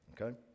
Okay